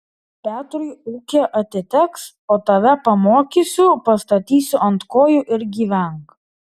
petrui ūkė atiteks o tave pamokysiu pastatysiu ant kojų ir gyvenk